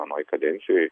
anoj kadencijoj